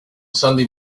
sunday